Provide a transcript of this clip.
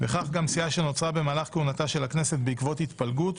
וכך גם סיעה שנוצרה במהלך כהונתה של הכנסת בעקבות התפלגות,